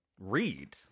read